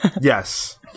Yes